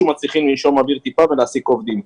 מצליחים לנשום קצת אוויר ולהעסיק עובדים.